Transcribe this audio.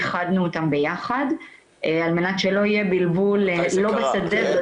איחדנו אותם ביחד על מנת שלא יהיה בלבול לא בשדה --- חן,